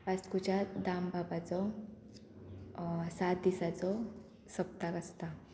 वास्कोच्या दामबाबाचो सात दिसाचो सप्ताक आसता